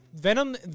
venom